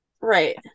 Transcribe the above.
right